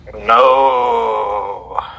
No